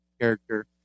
character